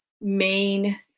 main